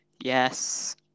Yes